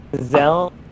Zell